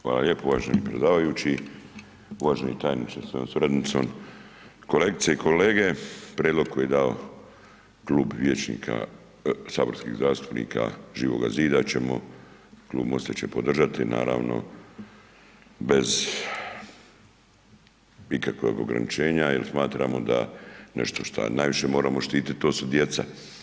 Hvala lijepa uvaženi predsjedavajući, uvaženi tajniče sa suradnicom, kolegice i kolege, prijedlog koji je dao Klub vijećnika, saborskih zastupnika Živoga zida, Klub MOST-a će podržati naravno bez ikakvog ograničenja jer smatramo da nešto šta najviše moramo štiti to su djeca.